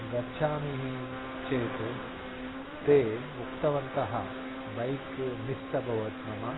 गच्छामि चेत् ते उक्तवन्तः बैक् मिस् अभवत् मम